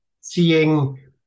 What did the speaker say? seeing